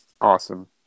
awesome